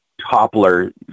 toppler